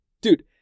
Dude